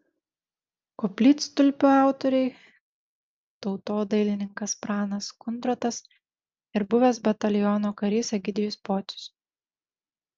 koplytstulpio autoriai tautodailininkas pranas kundrotas ir buvęs bataliono karys egidijus pocius